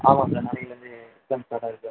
ஆமாம் சார் நாளையிலேருந்து exam start ஆகுது சார்